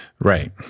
right